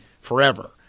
forever